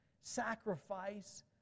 sacrifice